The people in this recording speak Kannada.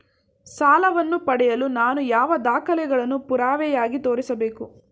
ಸಾಲವನ್ನು ಪಡೆಯಲು ನಾನು ಯಾವ ದಾಖಲೆಗಳನ್ನು ಪುರಾವೆಯಾಗಿ ತೋರಿಸಬೇಕು?